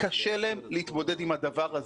וקשה להם להתמודד עם הדבר הזה.